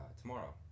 tomorrow